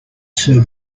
sir